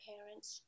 parents